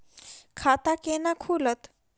खाता केना खुलत?